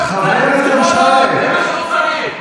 זה מה שהוא צריך.